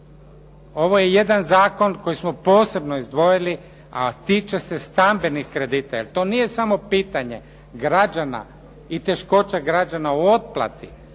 Ovo je jedan zakon koji smo posebno izdvojili, a tiče se stambenih kredita. Jer to nije samo pitanje građana i teškoća građana u otplati.